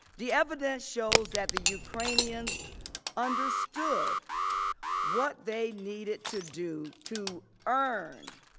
the evidence shows that the ukrainians understood what they needed to do to earn